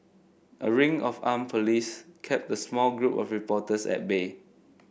a ring of armed police kept a small group of reporters at bay